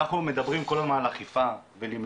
אנחנו מדברים כל הזמן על אכיפה ולמנוע,